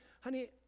honey